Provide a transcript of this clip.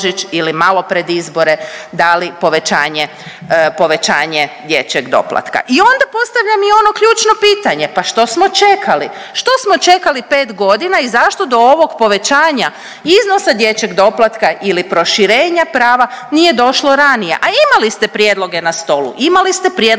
I onda postavljam i ono ključno pitanje, pa što smo čekali? Što smo čekali pet godina i zašto do ovog povećanja iznosa dječjeg doplatka ili proširenja prava nije došlo ranije, a imali ste prijedloge na stolu, imali ste prijedloge iz oporbe?